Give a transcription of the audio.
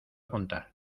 contar